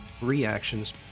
reactions